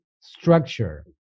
structure